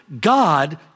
God